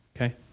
okay